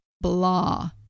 blah